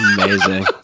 Amazing